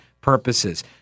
purposes